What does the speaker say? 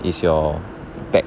is your back